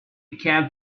cab